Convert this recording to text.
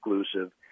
exclusive